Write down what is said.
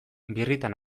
birritan